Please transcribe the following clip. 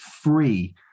free